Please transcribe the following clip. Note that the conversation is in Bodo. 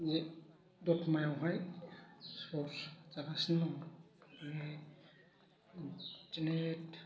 बे दतमायावहाय स्पर्टस जागासिनो दं बिदिनो